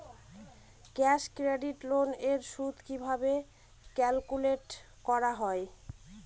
Cash credit loan এর সুদ কিভাবে ক্যালকুলেট করা হয়?